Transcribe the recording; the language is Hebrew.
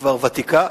כבר ותיקה.